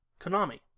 Konami